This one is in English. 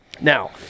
Now